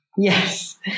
Yes